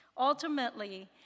Ultimately